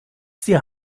sie